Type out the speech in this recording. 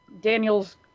Daniels